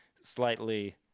slightly